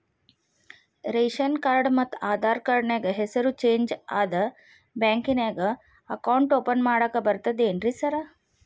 Ration card ಮತ್ತ Aadhaar card ನ್ಯಾಗ ಹೆಸರು ಚೇಂಜ್ ಅದಾ ಬ್ಯಾಂಕಿನ್ಯಾಗ ಅಕೌಂಟ್ ಓಪನ್ ಮಾಡಾಕ ಬರ್ತಾದೇನ್ರಿ ಸಾರ್?